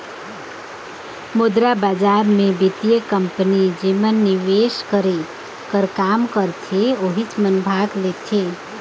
मुद्रा बजार मे बित्तीय कंपनी जेमन निवेस करे कर काम करथे ओहिच मन भाग लेथें